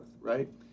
right